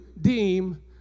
deem